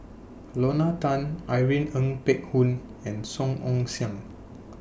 Lorna Tan Irene Ng Phek Hoong and Song Ong Siang